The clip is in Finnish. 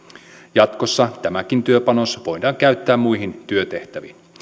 jatkossa tämäkin työpanos voidaan käyttää muihin työtehtäviin